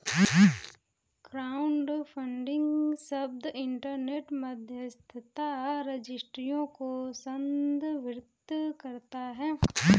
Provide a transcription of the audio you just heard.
crowdfunding शब्द internet मध्यस्थता रजिस्ट्रियों को संदर्भित करता है